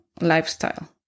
lifestyle